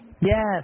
Yes